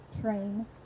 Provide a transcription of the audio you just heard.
train